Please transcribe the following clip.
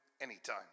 anytime